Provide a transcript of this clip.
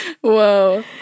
whoa